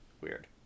Weird